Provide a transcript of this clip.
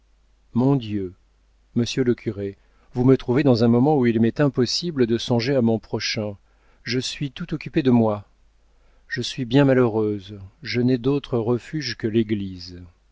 mon dieu monsieur le curé vous me trouvez dans un moment où il m'est impossible de songer à mon prochain je suis tout occupée de moi je suis bien malheureuse je n'ai d'autre refuge que l'église